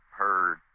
heard